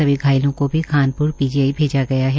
सभी घायलों को भी खानप्रा पीजीआई भेजा गया है